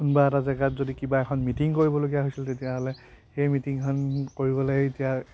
কোনোবা এটা জেগাত যদি কিবা এখন মিটিং কৰিবলগা হৈছিল তেতিয়াহ'লে সেই মিটিংখন কৰিবলৈ এতিয়া